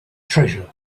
treasure